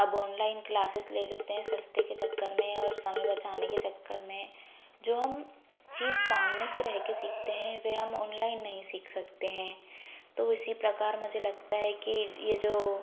अब online classes ले लेते हैं सस्ते के चक्कर में और समय बचाने के चक्कर में जो हम चीज़ सामने से रह कर सीखते हैं वे हम ओनलाइन नहीं सीख सकते हैं तो उसी प्रकार मुझे लगता है कि यह जो